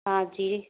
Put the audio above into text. हाँ जी